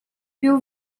pił